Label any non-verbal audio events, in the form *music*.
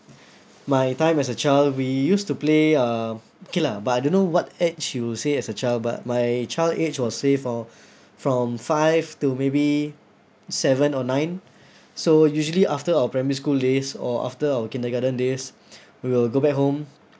my time as a child we used to play uh okay lah but I don't know what age you say as a child but my child age was say from from five to maybe seven or nine so usually after our primary school days or after our kindergarten days *breath* we will go back home